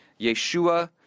Yeshua